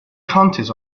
counties